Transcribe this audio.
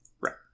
right